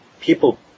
people